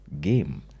game